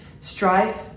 strife